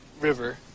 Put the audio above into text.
River